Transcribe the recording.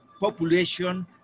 population